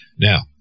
Now